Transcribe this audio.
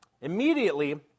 Immediately